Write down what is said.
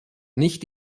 nicht